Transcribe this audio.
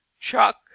chuck